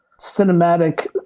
cinematic